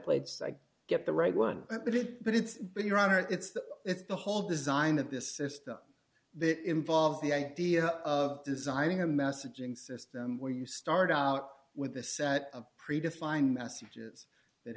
lates i get the right one bit but it's been your honor it's the it's the whole design of this system that involves the idea of designing a messaging system where you start out with a set of predefined messages that